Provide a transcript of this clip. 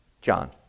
John